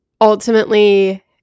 ultimately